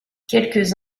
quelques